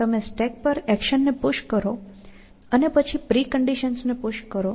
તમે સ્ટેક પર એક્શનને પુશ કરો અને પછી પ્રિકન્ડિશન્સ ને પુશ કરો